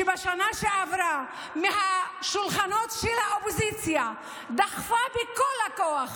שבשנה שעברה מהשולחנות של האופוזיציה דחפה בכל הכוח,